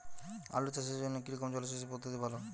আলু চাষের জন্য কী রকম জলসেচ পদ্ধতি ভালো?